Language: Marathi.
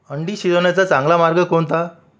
अंडी शिजवण्याचा चांगला मार्ग कोणता